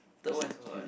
third one is about what